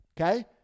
okay